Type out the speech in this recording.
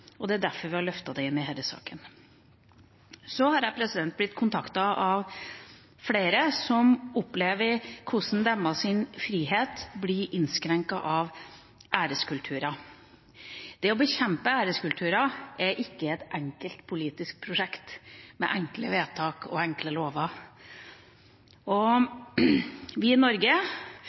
og det er derfor vi har løftet det i denne saken. Så har jeg blitt kontaktet av flere som opplever hvordan deres frihet blir innskrenket av æreskulturer. Det å bekjempe æreskulturer er ikke et enkelt politisk prosjekt med enkle vedtak og enkle lover. Vi i Norge